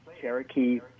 Cherokee